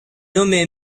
nommé